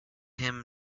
him